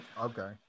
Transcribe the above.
okay